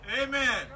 Amen